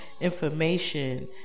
information